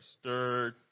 stirred